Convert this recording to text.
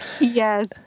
Yes